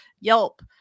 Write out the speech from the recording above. Yelp